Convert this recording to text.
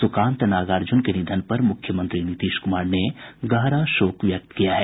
सुकांत नागार्जुन के निधन पर मुख्यमंत्री नीतीश कुमार ने गहरा शोक व्यक्त किया है